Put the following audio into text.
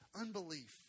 Unbelief